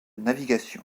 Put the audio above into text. navigation